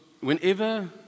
whenever